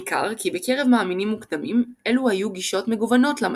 ניכר כי בקרב מאמינים מוקדמים אלו היו גישות מגוונות למסורת,